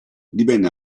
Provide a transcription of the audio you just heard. divenne